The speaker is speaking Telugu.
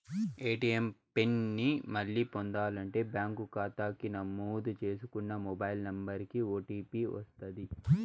ఏ.టీ.యం పిన్ ని మళ్ళీ పొందాలంటే బ్యాంకు కాతాకి నమోదు చేసుకున్న మొబైల్ నంబరికి ఓ.టీ.పి వస్తది